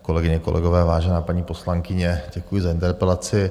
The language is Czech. Kolegyně, kolegové, vážená paní poslankyně, děkuji za interpelaci.